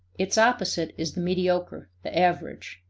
its opposite is the mediocre, the average.